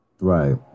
Right